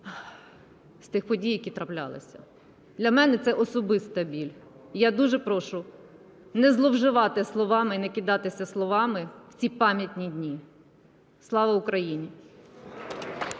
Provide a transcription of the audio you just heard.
з тих подій, які траплялися, для мене це особиста біль, - і я дуже прошу не зловживати словами і не кидатися словами в ці пам'ятні дні. Слава Україні!